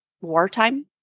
wartime